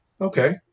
Okay